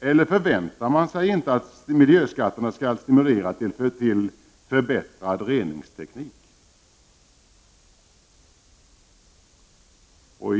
Eller förväntar man sig inte att miljöskatterna skall stimulera till förbättrad reningsteknik?